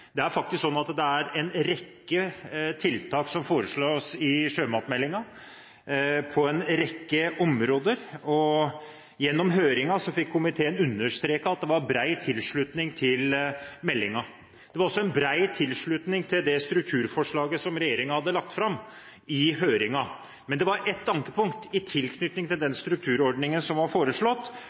det har faktisk regjeringen denne gangen klart å gjøre. Det er en rekke tiltak på en rekke områder som foreslås i sjømatmeldingen, og gjennom høringen fikk komiteen understreket at det var bred tilslutning til meldingen. Det var også en bred tilslutning til det strukturforslaget regjeringen hadde lagt fram – i høringen. Men det var ett ankepunkt i tilknytning til den strukturordningen som var foreslått,